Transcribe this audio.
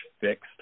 fixed